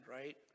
right